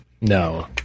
No